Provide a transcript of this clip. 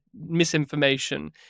misinformation